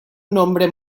nombre